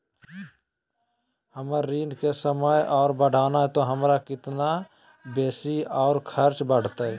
हमर ऋण के समय और बढ़ाना है तो हमरा कितना बेसी और खर्चा बड़तैय?